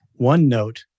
OneNote